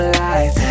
life